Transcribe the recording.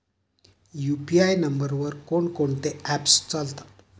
UPI नंबरवर कोण कोणते ऍप्स चालतात?